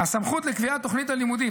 שהסמכות לקביעת תוכנית הלימודים,